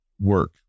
work